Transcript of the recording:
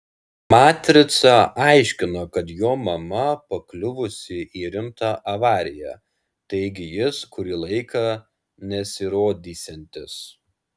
matrica aiškino kad jo mama pakliuvusi į rimtą avariją taigi jis kurį laiką nesirodysiantis